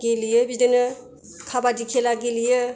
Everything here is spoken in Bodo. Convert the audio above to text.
गेलेयो बिदिनो काबादि खेला गेलेयो